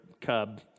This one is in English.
cub